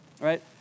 Right